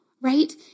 Right